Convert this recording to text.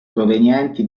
provenienti